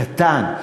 קטן,